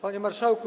Panie Marszałku!